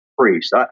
priest